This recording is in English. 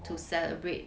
to celebrate